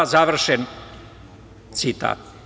Završen citat.